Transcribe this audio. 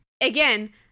again